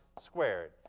squared